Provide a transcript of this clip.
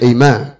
Amen